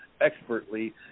expertly